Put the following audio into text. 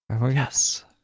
Yes